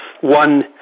one